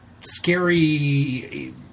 scary